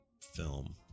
film